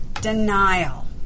Denial